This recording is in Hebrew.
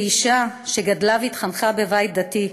כאישה שגדלה והתחנכה בבית דתי,